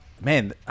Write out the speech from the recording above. Man